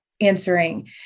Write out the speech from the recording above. answering